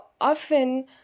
often